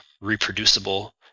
reproducible